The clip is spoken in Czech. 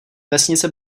vesnice